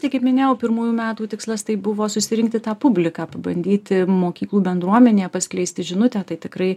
tai kaip minėjau pirmųjų metų tikslas tai buvo susirinkti tą publiką pabandyti mokyklų bendruomenė paskleisti žinutę tai tikrai